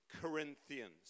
Corinthians